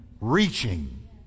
reaching